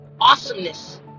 awesomeness